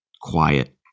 quiet